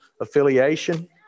affiliation